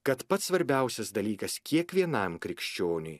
kad pats svarbiausias dalykas kiekvienam krikščioniui